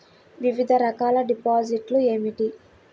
వివిధ రకాల డిపాజిట్లు ఏమిటీ?